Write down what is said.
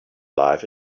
life